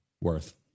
worth